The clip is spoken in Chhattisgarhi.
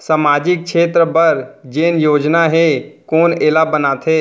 सामाजिक क्षेत्र बर जेन योजना हे कोन एला बनाथे?